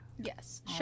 yes